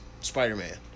Spider-Man